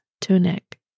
tunic